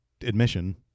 admission